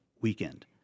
weekend